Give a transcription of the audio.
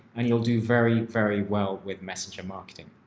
and you'll do very, very well with messenger marketing.